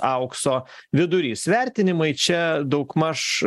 aukso vidurys vertinimai čia daugmaž